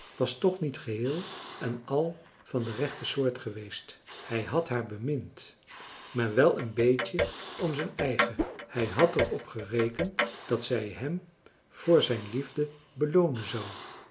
was toch niet geheel en al van de rechte soort geweest hij had haar bemind maar wel een beetje om zijn eigen hij had er op gerekend dat zij hem voor zijn liefde beloonen zou